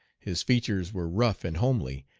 his features were rough and homely,